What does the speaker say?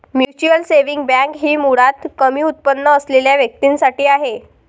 mutual saving bank ही मुळात कमी उत्पन्न असलेल्या व्यक्तीं साठी आहे